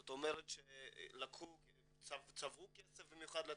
זאת אומרת שצבעו כסף במיוחד לתכנית,